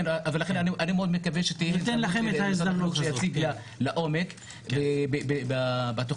ולכן אני מאוד מקווה שתהיה הזדמנות להציג לעומק את התוכנית.